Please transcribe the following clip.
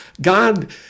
god